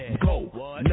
go